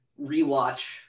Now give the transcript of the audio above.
rewatch